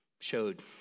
showed